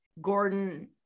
Gordon